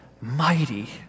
mighty